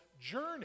journey